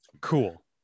Cool